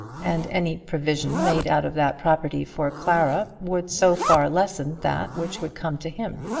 and any provision made out of that property for clara, would so far lessen that which would come to him.